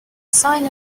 sign